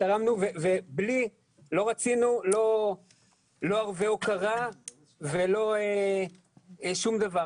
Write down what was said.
תרמנו ולא רצינו לא ערבי הוקרה ולא שום דבר.